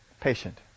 patient